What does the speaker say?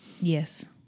Yes